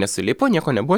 nesulipo nieko nebuvo